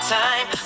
time